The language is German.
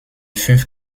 fünf